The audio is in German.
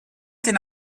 den